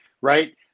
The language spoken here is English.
right